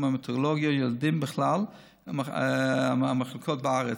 ההמטו-אונקולוגיה ילדים בכלל המחלקות בארץ,